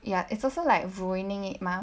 ya it's also like ruining it ma